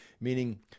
meaning